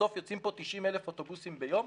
בסוף יוצאים פה 90,000 אוטובוסים ביום.